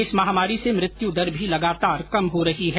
इस महामारी से मृत्यु दर भी लगातार कम हो रही है